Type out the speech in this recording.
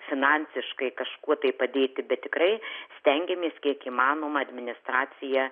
finansiškai kažkuo tai padėti bet tikrai stengiamės kiek įmanoma administracija